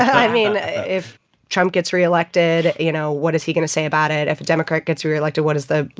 i mean, if trump gets reelected, you know, what is he going to say about it? if a democrat gets reelected, what is the,